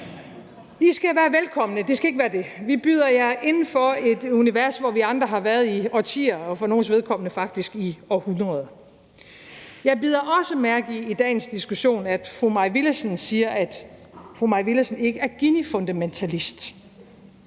I skal være velkomne, det skal ikke være det, vi byder jer indenfor i et univers, hvor vi andre har været i årtier og for nogles vedkommende faktisk i århundreder. Kl. 21:44 Jeg bider også i dagens diskussion mærke i, at fru Mai Villadsen siger, at hun ikke er Ginifundamentalist.